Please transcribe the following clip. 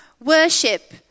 Worship